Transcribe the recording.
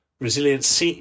resilience